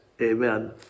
amen